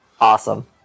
Awesome